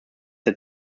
der